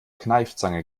kneifzange